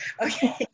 okay